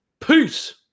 Peace